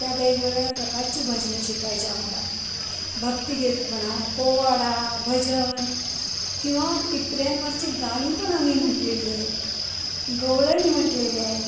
त्या वेगवेगळ्या प्रकारची भजनं शिकवायच्या आम्हाला भक्तिगीत म्हणा पोवाडा भजन किंवा टिपऱ्यांवरची गाणी पण आम्ही म्हंटलेली आहेत गवळणी म्हंटलेली आहेत